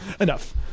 Enough